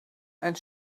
and